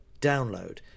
download